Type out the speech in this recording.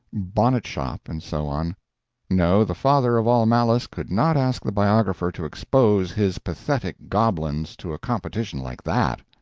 bonnet-shop, and so on no, the father of all malice could not ask the biographer to expose his pathetic goblins to a competition like that.